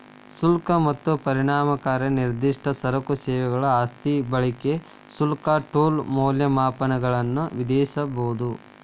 ಶುಲ್ಕ ಮತ್ತ ಪರಿಣಾಮಕಾರಿ ನಿರ್ದಿಷ್ಟ ಸರಕು ಸೇವೆಗಳ ಆಸ್ತಿ ಬಳಕೆ ಶುಲ್ಕ ಟೋಲ್ ಮೌಲ್ಯಮಾಪನಗಳನ್ನ ವಿಧಿಸಬೊದ